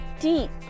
deep